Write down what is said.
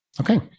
Okay